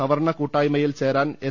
സവർണ്ണ കൂട്ടായ്മയിൽ ചേരാൻ എസ്